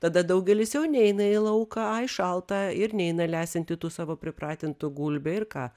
tada daugelis jau neina į lauką ai šalta ir neina leisianti tų savo pripratintų gulbių ir ką